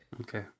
Okay